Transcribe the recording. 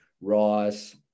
Ross